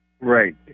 Right